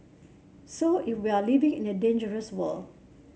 so if we are living in a dangerous world